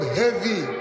heavy